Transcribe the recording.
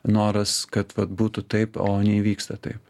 noras kad vat būtų taip o neįvyksta taip